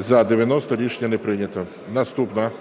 За-90 Рішення не прийнято. Наступна. 12:55:53 ПОЛЯКОВ